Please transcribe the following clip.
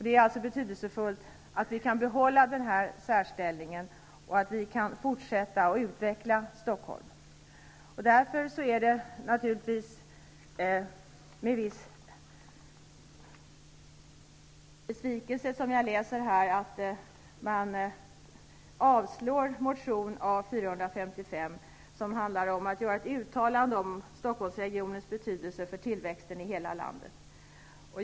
Det är betydelsefullt att vi kan behålla den särställningen och fortsätta att utveckla Stockholm. Jag läser därför med viss besvikelse att man avslår motion A455, som handlar om att man skall göra ett uttalande om Stockholmsregionens betydelse för tillväxten i hela landet.